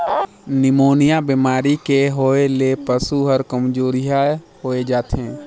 pneumonia बेमारी के होय ले पसु हर कामजोरिहा होय जाथे